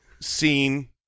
seen